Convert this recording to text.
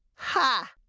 ha!